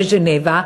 בז'נבה.